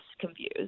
confused